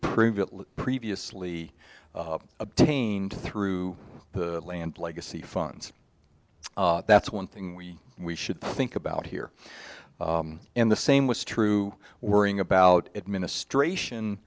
prove it previously obtained through the land legacy funds that's one thing we we should think about here and the same was true worrying about administration